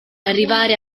arrivare